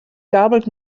garbled